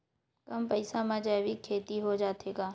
कम पईसा मा जैविक खेती हो जाथे का?